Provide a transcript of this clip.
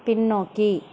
பின்னோக்கி